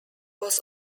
was